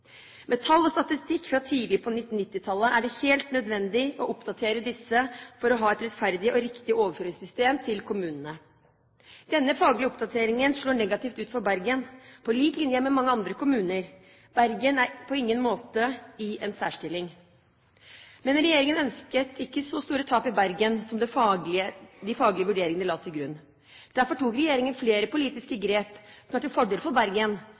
Med tall og statistikk fra tidlig på 1990-tallet er det helt nødvendig å oppdatere denne for å ha et rettferdig og riktig overføringssystem til kommunene. Denne faglige oppdateringen slår negativt ut for Bergen, på lik linje med mange andre kommuner. Bergen er på ingen måte i en særstilling. Men regjeringen ønsket ikke så store tap i Bergen som det de faglige vurderingene la til grunn. Derfor tok regjeringen flere politiske grep som er til fordel for Bergen.